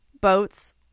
boats